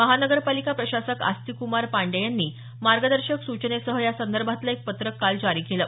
महापालिका प्रशासक आस्तिकक्मार पाण्डेय यांनी मार्गदर्शक सूचेनसह यासंदर्भातील एक पत्रक काल जारी केलं